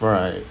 right